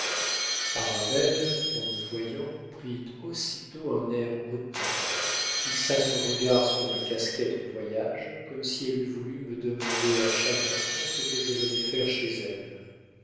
arabelle en me voyant prit aussitôt un air hautain fixa son regard sur ma casquette de voyage comme si elle eût voulu me demander à chaque instant ce que je venais faire chez elle